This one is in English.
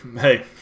Hey